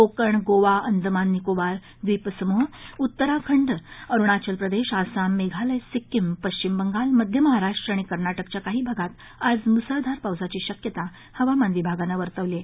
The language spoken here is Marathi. कोकण गोवा अंदमान निकोबार द्विपसमूह उत्तराखंड अरुणाचल प्रदेश आसाम मेघालय सिक्कीमपश्विम बंगाल मध्यमहाराष्ट्र आणि कर्नाटकच्या काही भागात आज मुसळधार पावसाची शक्यता विभागानं हवामान विभागानं वर्तवली आहे